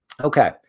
Okay